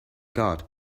god